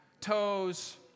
toes